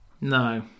No